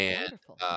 wonderful